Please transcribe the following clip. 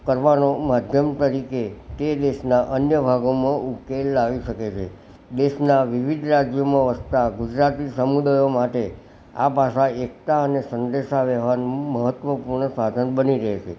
કરવાનો માધ્યમ તરીકે કે દેશના અન્ય ભાગોમાં ઉકેલ લાવી શકે છે દેશના વિવિધ રાજ્યોમાં વસતા ગુજરાતી સમુદાયો માટે આ ભાષા એકતા અને સંદેશા વ્યવહાર મહત્વ પૂર્ણ સાધન બની રહે છે